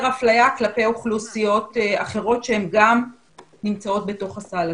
אפליה כלפי אוכלוסיות אחרות שהן גם נמצאות בתוך הסל הזה.